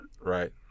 Right